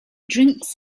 drinks